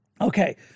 Okay